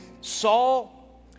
Saul